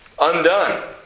undone